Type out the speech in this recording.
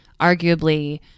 arguably